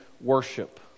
worship